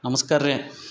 ನಮಸ್ಕಾರ ರೀ